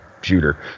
shooter